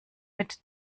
mit